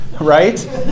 Right